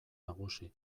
nagusi